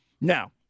Now